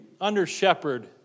under-shepherd